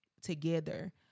together